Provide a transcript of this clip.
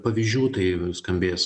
pavyzdžių tai skambės